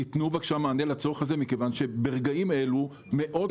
תתנו בבקשה מענה על הצורך הזה כיוון שברגעים אלו מאות